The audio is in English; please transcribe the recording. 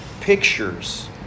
pictures